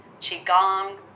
Qigong